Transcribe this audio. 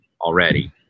already